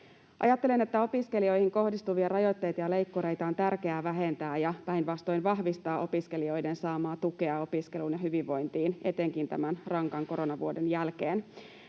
Ajattelen, että opiskelijoihin kohdistuvia rajoitteita ja leikkureita on tärkeää vähentää ja päinvastoin vahvistaa opiskelijoiden saamaa tukea opiskeluun ja hyvinvointiin etenkin tämän rankan koronavuoden jälkeen.